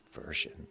version